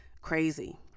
crazy